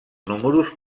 números